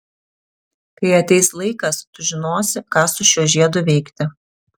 kai ateis laikas tu žinosi ką su šiuo žiedu veikti